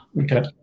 Okay